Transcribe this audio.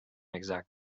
exact